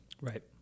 Right